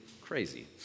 crazy